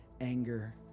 anger